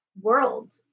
world